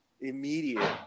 immediate